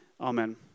Amen